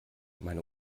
meine